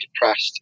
depressed